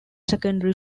secondary